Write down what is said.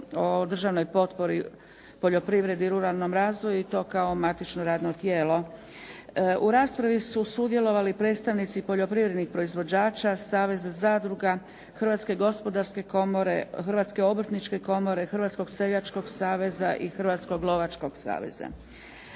o državnoj potpori poljoprivredi i ruralnom razvoju i to kao matično radno tijelo. U raspravi su sudjelovali predstavnici poljoprivrednih proizvođača, saveza zadruga, Hrvatske gospodarske komore, Hrvatske obrtničke komore, Hrvatskog seljačkog saveza i Hrvatskog lovačkog saveza.